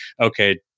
okay